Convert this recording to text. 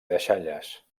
deixalles